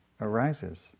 arises